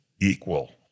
equal